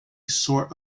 sort